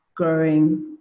growing